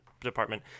department